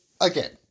again